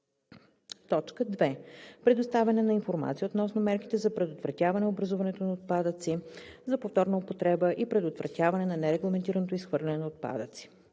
2. предоставяне на информация относно мерките за предотвратяване образуването на отпадъци, за повторна употреба и предотвратяване на нерегламентираното изхвърляне на отпадъци;